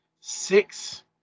six